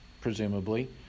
presumably